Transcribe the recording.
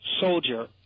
soldier